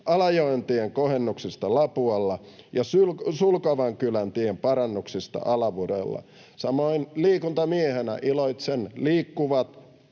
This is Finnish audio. Alajoentien kohennuksesta Lapualla ja Sulkavankyläntien parannuksesta Alavudella. Samoin liikuntamiehenä iloitsen